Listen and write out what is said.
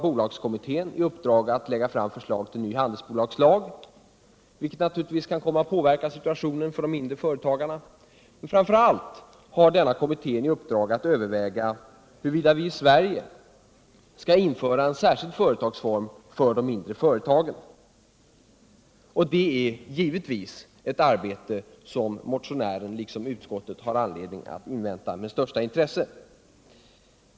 Bolagskommittén har i uppdrag att lägga fram förslag till ny handelsbolagslag, vilken naturligtvis kan komma att påverka situationen för de mindre företagarna, men den har framför allt i uppdrag att överväga huruvida vi i Sverige skall införa en särskild företagsform för de mindre företagen. Resultatet av detta arbete har givetvis såväl motionärerna som utskottet anledning att invänta med största intresse.